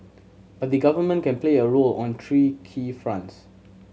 but the Government can play a role on three key fronts